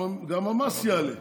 גם המס יעלה,